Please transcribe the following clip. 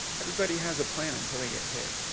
everybody has a plan until they get hit.